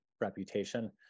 reputation